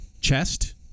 chest